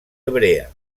hebrea